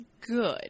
good